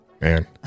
Man